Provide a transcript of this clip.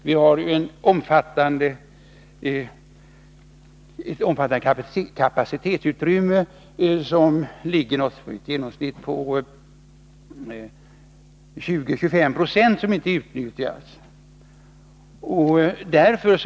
Vi har ett omfattande outnyttjat kapacitetsutrymme, som i genomsnitt ligger på 20-25 26.